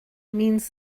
means